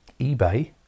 eBay